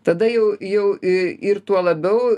tada jau jau i ir tuo labiau